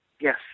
Yes